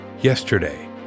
Yesterday